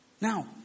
Now